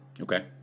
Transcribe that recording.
Okay